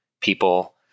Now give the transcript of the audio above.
people